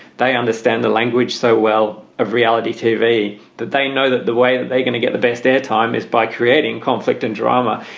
they understand the language so well of reality tv that they know that the way they're going to get the best air time is by creating conflict and drama.